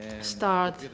start